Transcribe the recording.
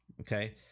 Okay